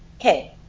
Okay